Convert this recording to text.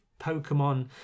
Pokemon